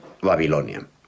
Babilonia